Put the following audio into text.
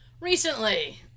recently